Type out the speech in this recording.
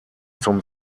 zum